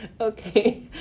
Okay